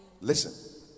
listen